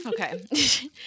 okay